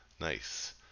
Nice